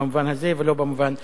במובן הזה, ולא במובן הפיזי.